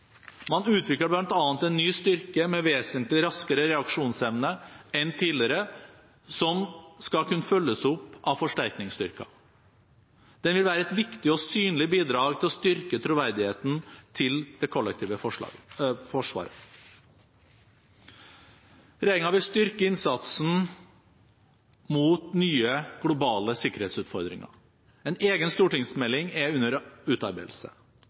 Man utvikler bl.a. en ny styrke med vesentlig raskere reaksjonsevne enn tidligere som skal kunne følges opp av forsterkningsstyrker. Den vil være et viktig og synlig bidrag til å styrke troverdigheten til det kollektive forsvaret. Regjeringen vil styrke innsatsen mot nye globale sikkerhetsutfordringer. En egen stortingsmelding er under utarbeidelse.